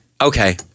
Okay